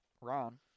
Ron